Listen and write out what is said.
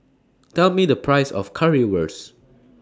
Tell Me The Price of Currywurst